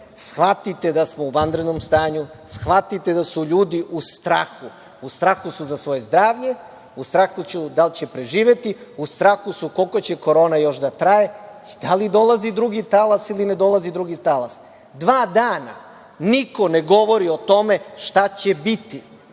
Shvatite da smo u vanrednom stanju, shvatite da su ljudi u strahu, u strahu su za svoje zdravlje, u strahu su da li će preživeti, u strahu su koliko će Korona još da traje i da li dolazi drugi talas ili ne dolazi drugi talas. Dva dana niko ne govori o tome šta će biti,